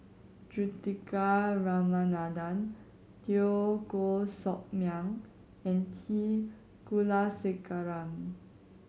Juthika Ramanathan Teo Koh Sock Miang and T Kulasekaram